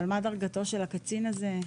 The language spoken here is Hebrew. אבל מה דרגתו של הקצין הזה?